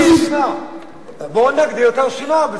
בואו נגדיר את הרשימה.